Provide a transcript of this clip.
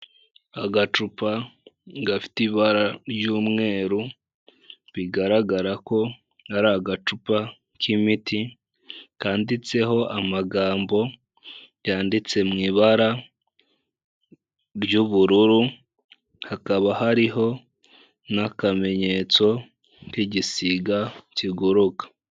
Agacupa gafite ibara ry'umweru, bigaragara ko ari agacupa k'imiti kanditseho amagambo yanditse mu ibara ry'ubururu, hakaba hariho n'akamenyetso k'igisiga kiguruka.